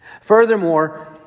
Furthermore